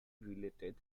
related